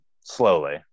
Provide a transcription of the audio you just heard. slowly